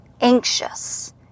anxious